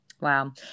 Wow